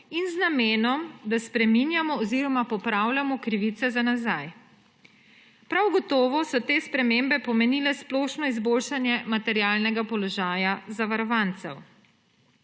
in z namenom, da spreminjamo oziroma popravljamo krivice za nazaj. Prav gotovo so te spremembe pomenile splošno izboljšanje materialnega položaja zavarovancev.